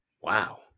wow